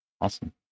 Awesome